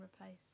replace